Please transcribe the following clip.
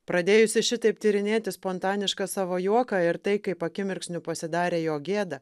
pradėjusi šitaip tyrinėti spontanišką savo juoką ir tai kaip akimirksniu pasidarė jo gėda